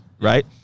right